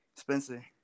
Spencer